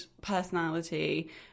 personality